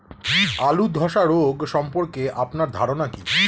আলু ধ্বসা রোগ সম্পর্কে আপনার ধারনা কী?